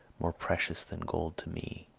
more precious than gold to me,